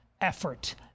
effort